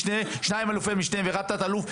שניים אל"מים ואחד תא"ל.